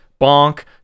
Bonk